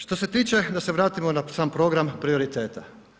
Što se tiče da se vratimo na sam program prioriteta.